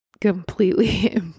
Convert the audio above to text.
completely